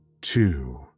two